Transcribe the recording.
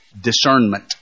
Discernment